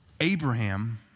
Abraham